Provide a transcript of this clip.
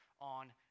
on